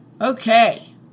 Okay